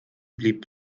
blieb